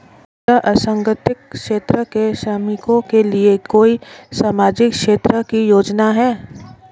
क्या असंगठित क्षेत्र के श्रमिकों के लिए कोई सामाजिक क्षेत्र की योजना है?